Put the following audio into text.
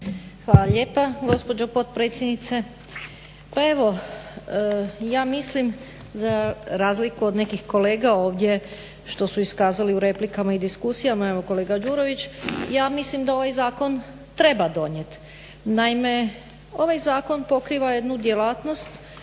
Hvala lijepa gospođo potpredsjednice. Pa evo ja mislim za razliku od nekih kolega ovdje što su iskazali u replikama i diskusijama, evo kolega Đurović. Ja mislim da ovaj zakon treba donijeti. Naime, ovaj zakon pokriva jednu djelatnost